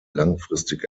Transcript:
langfristig